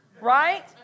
Right